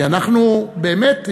אנחנו באמת הצלחנו,